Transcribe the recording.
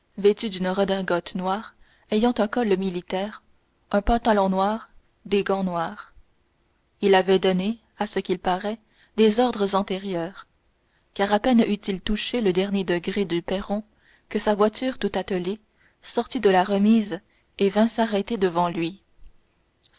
vêtu d'une redingote noire ayant un col militaire un pantalon noir des gants noirs il avait donné à ce qu'il paraît des ordres antérieurs car à peine eut-il touché le dernier degré du perron que sa voiture tout attelée sortit de la remise et vint s'arrêter devant lui